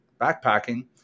backpacking